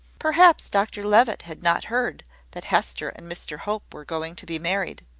perhaps dr levitt had not heard that hester and mr hope were going to be married.